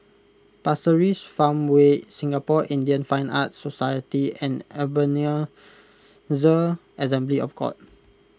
Pasir Ris Farmway Singapore Indian Fine Arts Society and Ebenezer Assembly of God